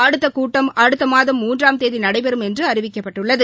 அடுத்தகூட்டம் அடுத்தமாதம் மூன்றாம் தேதிநடைபெறும் என்றுஅறிவிக்கப்பட்டுள்ளது